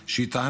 שטענה